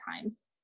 times